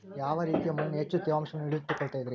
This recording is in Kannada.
ಯಾವ ರೇತಿಯ ಮಣ್ಣ ಹೆಚ್ಚು ತೇವಾಂಶವನ್ನ ಹಿಡಿದಿಟ್ಟುಕೊಳ್ಳತೈತ್ರಿ?